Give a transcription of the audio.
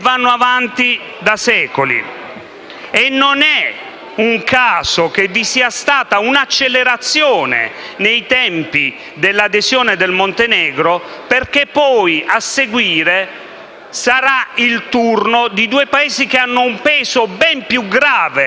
vanno avanti da secoli. Non è un caso che vi sia stata un'accelerazione nei tempi dell'adesione del Montenegro, perché poi, a seguire, sarà il turno di due Paesi che hanno un peso ben più grave